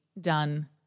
done